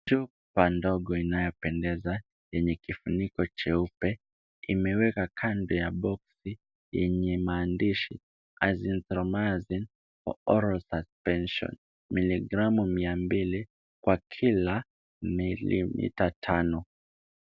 Chupa ndogo inayopendeza, yenye kifuniko cheupe, imewekwa kando ya boksi yenye maandishi Azynthromaxy Oral Suspension, miligramu mia mbili kwa kili milimita tano.